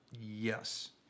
Yes